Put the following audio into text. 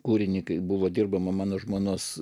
kūrinį kai buvo dirbama mano žmonos